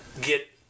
get